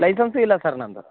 ಲೈಸೆನ್ಸೂ ಇಲ್ಲ ಸರ್ ನನ್ನದು